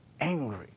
angry